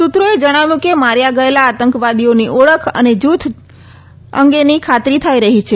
સૂત્રોએ જણાવ્યું હતું કે માર્યા ગયેલા આતંકવાદીની ઓળખ અને જૂથ જોડાણની ખાતરી થઈ રહી છે